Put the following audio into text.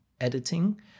editing